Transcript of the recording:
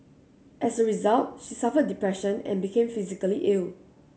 as a result she suffered depression and became physically ill